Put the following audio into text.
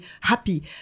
happy